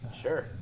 Sure